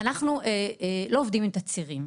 אנחנו לא עובדים עם תצהירים.